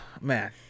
man